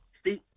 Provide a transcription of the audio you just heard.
Steve